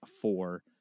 four